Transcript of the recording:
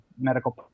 medical